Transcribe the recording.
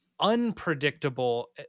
unpredictable